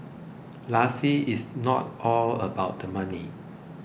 lastly it's not all about the money